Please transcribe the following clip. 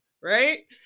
right